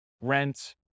rent